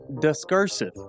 Discursive